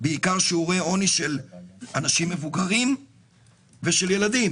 בעיקר שיעורי עוני של אנשים מבוגרים ושל ילדים